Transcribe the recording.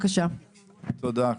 קודם כל,